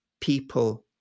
people